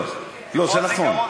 לא, לא, זה נכון.